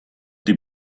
die